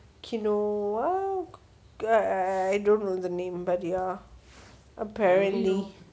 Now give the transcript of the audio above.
quinoa I don't know the name but ya apparently